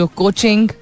coaching